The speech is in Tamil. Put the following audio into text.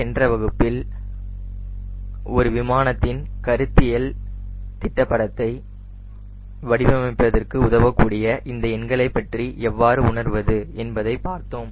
சென்ற வகுப்பில் ஒரு விமானத்தின் கருத்தியல் திட்ட படத்தை வடிவமைப்பதற்கு உதவக்கூடிய இந்த எண்களைப்பற்றி இவ்வாறு உணர்வது என்பதை பார்த்தோம்